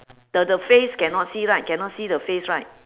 the the face cannot see right cannot see the face right